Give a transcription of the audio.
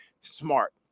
Smart